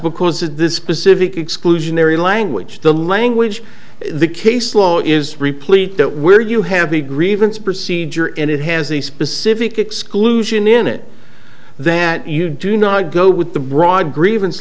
because of this specific exclusionary language the language the case law is replete that where you have a grievance procedure and it has a specific exclusion in it that you do not go with the broad grievance